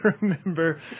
remember